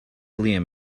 liam